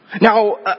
Now